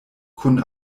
kun